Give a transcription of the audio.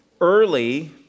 Early